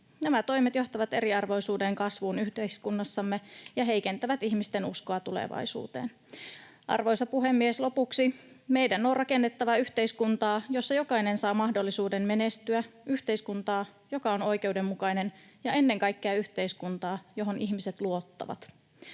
Nämä toimet johtavat eriarvoisuuden kasvuun yhteiskunnassamme ja heikentävät ihmisten uskoa tulevaisuuteen. Arvoisa puhemies! Lopuksi. Meidän on rakennettava yhteiskuntaa, jossa jokainen saa mahdollisuuden menestyä; yhteiskuntaa, joka on oikeudenmukainen; ja ennen kaikkea yhteiskuntaa, johon ihmiset luottavat.